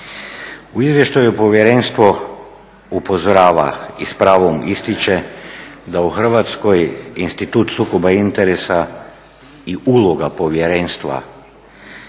U izvještaju Povjerenstvo upozorava i s pravom ističe da u Hrvatskoj institut sukoba interesa i uloga Povjerenstva